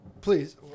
Please